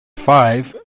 five